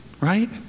right